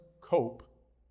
cope